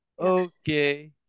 Okay